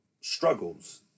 struggles